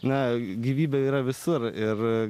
na gyvybė yra visur ir